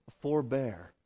Forbear